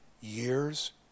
years